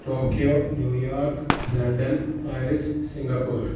Tokyo New York London Paris Singapore